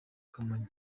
kamonyi